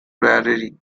prairie